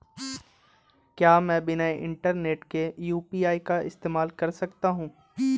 क्या मैं बिना इंटरनेट के यू.पी.आई का इस्तेमाल कर सकता हूं?